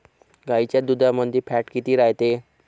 गाईच्या दुधामंदी फॅट किती रायते?